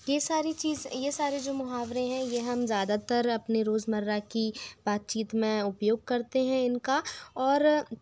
ये सारी चीज ये सारे जो मुहावरे हैं ये हम ज़्यादातर हम अपनी रोजमर्रा की बातचीत में उपयोग करते हैं इनका और